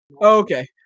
Okay